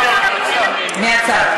מהצד.